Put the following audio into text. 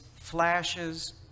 flashes